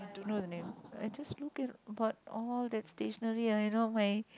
don't know the name I just look at but all that stationery I know my